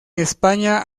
españa